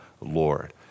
Lord